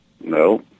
No